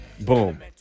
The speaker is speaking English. Boom